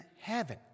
heaven